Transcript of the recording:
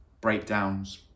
breakdowns